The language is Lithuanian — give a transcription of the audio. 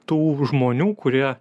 tų žmonių kurie